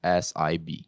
sib